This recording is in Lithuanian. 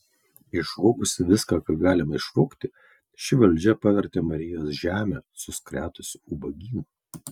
išvogusi viską ką galima išvogti ši valdžia pavertė marijos žemę suskretusiu ubagynu